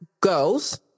girls